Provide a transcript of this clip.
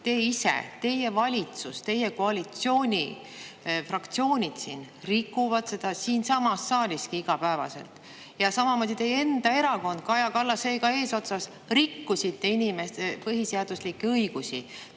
teie ise, teie valitsus ja teie koalitsiooni fraktsioonid siin rikuvad seda siinsamas saaliski igapäevaselt. Samamoodi teie enda erakond eesotsas Kaja Kallasega rikkus inimeste põhiseaduslikke õigusi,